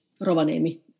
Rovanemi